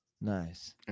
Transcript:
Nice